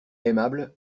aimable